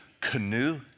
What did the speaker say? canoe